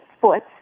foot